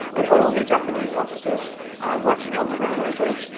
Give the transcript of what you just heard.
but all the japanese officers working on the railway bridge,